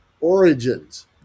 origins